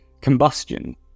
combustion